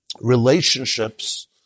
relationships